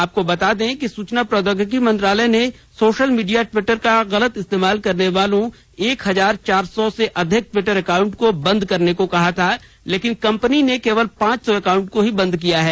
आपको बता दें कि सुचना प्रद्योगिकी मंत्रालय ने सोशल मीडिया ट्विटर का गलत इस्तेमाल करने वाले एक हजार चार सौ से अधिक ट्विटर अकाउंट को बंद करने को कहा था लेकिन कंपनी ने केवल पांच सौ अकाउंट को ही बंद किया है